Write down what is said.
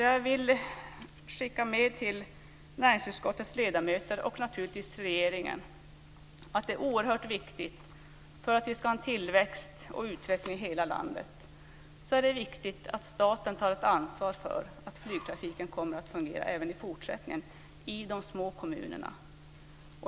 Jag vill därför skicka med till näringsutskottets ledamöter och naturligtvis till regeringen att det för att vi ska få utveckling och tillväxt i hela landet är viktigt att staten tar ett ansvar för att flygtrafiken kommer att fungera även i fortsättningen i de små kommunerna.